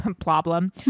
problem